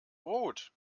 brot